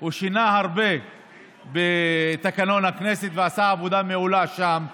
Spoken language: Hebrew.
הוא שינה הרבה בתקנון הכנסת ועשה עבודה מעולה שם,